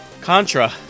Contra